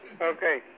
Okay